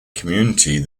community